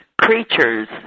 creatures